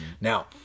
Now